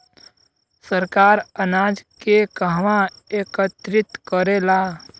सरकार अनाज के कहवा एकत्रित करेला?